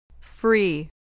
Free